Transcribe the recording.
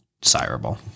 desirable